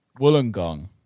wollongong